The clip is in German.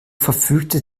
verfügte